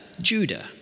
Judah